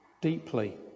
deeply